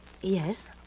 Yes